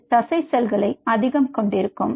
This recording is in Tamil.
அது தசை செல்களை அதிகம் கொண்டிருக்கும்